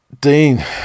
Dean